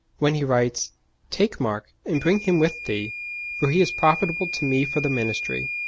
when he writes take mark, and bring him with thee for he is profitable to me for the ministry.